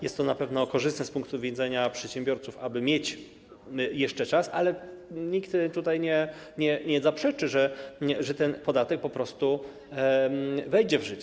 Jest to na pewno korzystne z punktu widzenia przedsiębiorców, aby mieć jeszcze czas, ale nikt tutaj nie zaprzeczy, że ten podatek po prostu wejdzie w życie.